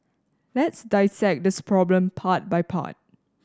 let's dissect this problem part by part